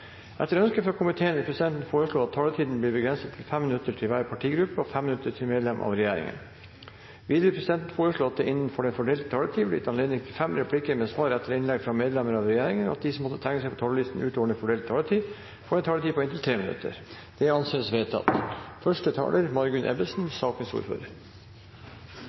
Etter ønske fra justiskomiteen vil presidenten foreslå at taletiden blir begrenset til 5 minutter til hver partigruppe og 5 minutter til medlemmer av regjeringen. Videre vil presidenten foreslå at det blir gitt anledning til fem replikker med svar etter innlegg fra medlemmer av regjeringen innenfor den fordelte taletid, og at de som måtte tegne seg på talerlisten utover den fordelte taletid, får en taletid på inntil 3 minutter. – Det anses vedtatt.